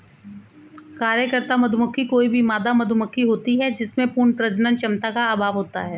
कार्यकर्ता मधुमक्खी कोई भी मादा मधुमक्खी होती है जिसमें पूर्ण प्रजनन क्षमता का अभाव होता है